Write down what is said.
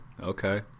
Okay